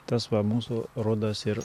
tas va mūsų rudas ir